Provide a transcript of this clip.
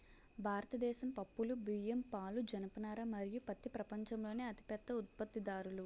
భారతదేశం పప్పులు, బియ్యం, పాలు, జనపనార మరియు పత్తి ప్రపంచంలోనే అతిపెద్ద ఉత్పత్తిదారులు